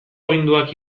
aginduak